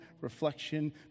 reflection